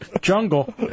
Jungle